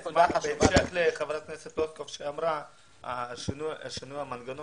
בהמשך למה שאמרה חברת הכנסת פלוסקוב על שינוי המנגנון,